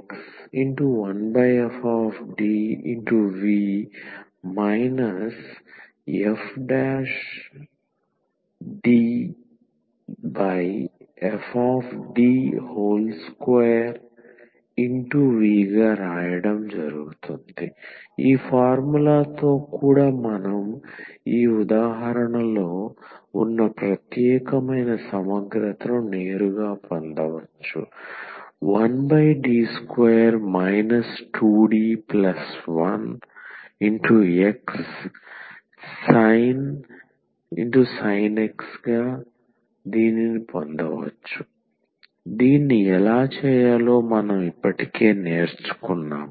fDfD2V ఈ ఫార్ములాతో కూడా మనం ఈ ఉదాహరణలో ఉన్న ప్రత్యేకమైన సమగ్రతను నేరుగా పొందవచ్చు 1D2 2D1xsin x దీన్ని ఎలా చేయాలో మనం ఇప్పటికే నేర్చుకున్నాం